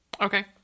Okay